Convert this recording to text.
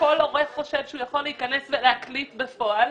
כל הורה חושב שהוא יכול להיכנס ולהקליט בפועל,